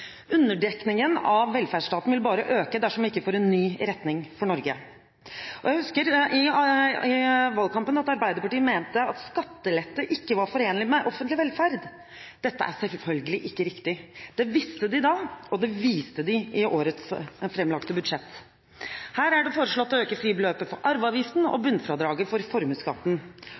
Underdekningen av velferdsstaten vil bare øke dersom vi ikke får en ny retning for Norge. Jeg husker at Arbeiderpartiet i valgkampen mente at skattelette ikke var forenlig med offentlig velferd. Dette er selvfølgelig ikke riktig. Det visste de da, og det viste de i årets framlagte budsjett. Her er det foreslått å øke fribeløpet for arveavgiften og bunnfradraget for formuesskatten.